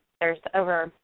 there's over.